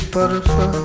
Butterfly